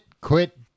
quit